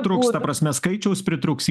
trūks ta prasme skaičiaus pritrūks